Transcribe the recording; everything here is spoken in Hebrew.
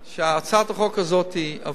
שהצעת החוק הזאת עברה.